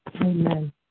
Amen